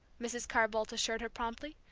mrs. carr-boldt assured her promptly.